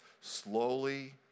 slowly